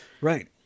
Right